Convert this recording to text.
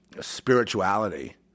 spirituality